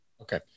Okay